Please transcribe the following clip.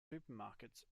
supermarket